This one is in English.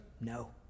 No